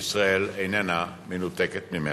וישראל איננה מנותקת ממנו.